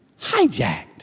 hijacked